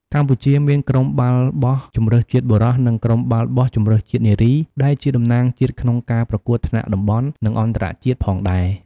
កម្ពុជាមាន ក្រុមបាល់បោះជម្រើសជាតិបុរស និង ក្រុមបាល់បោះជម្រើសជាតិនារី ដែលជាតំណាងជាតិក្នុងការប្រកួតថ្នាក់តំបន់ និងអន្តរជាតិផងដែរ។